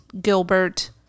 Gilbert